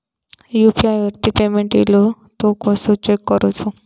UPI वरती payment इलो तो कसो चेक करुचो?